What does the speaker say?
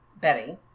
Betty